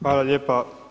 Hvala lijepa.